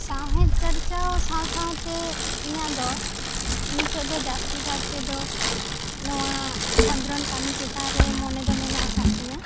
ᱥᱟᱶᱦᱮᱫ ᱪᱟᱨᱪᱟ ᱥᱟᱶ ᱥᱟᱶ ᱛᱮ ᱤᱧᱟᱹᱜ ᱫᱚ ᱱᱤᱛᱚᱜ ᱫᱚ ᱡᱟᱹᱥᱛᱤ ᱠᱟᱨ ᱛᱮ ᱫᱚ ᱱᱚᱣᱟ ᱠᱷᱚᱸᱫᱽᱨᱚᱱ ᱠᱟᱹᱢᱤ ᱪᱮᱛᱟᱱ ᱨᱮ ᱢᱚᱱᱮ ᱫᱚ ᱢᱮᱱᱟᱜ ᱟᱠᱟᱫ ᱛᱤᱧᱟᱹ